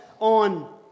on